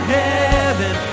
heaven